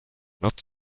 not